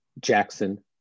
Jackson